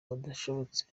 badashobotse